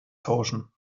tauschen